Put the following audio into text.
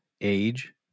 age